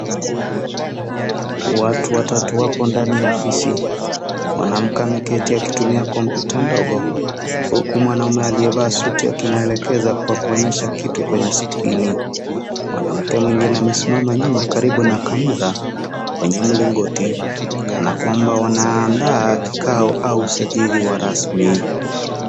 Watu watatu wapo ndani ya ofisi. Mwanamke ameketi akitumia kompyuta ndogo huku mwanaume aliyevaa suti akimwelekeza kwa kuonyesha kitu kwenye skrini. Mwanamke mwingine amesimama nyuma karibu na kamera kwenye mlingoti kana kwamba wanaandaa kikao au sajili wa rasmi.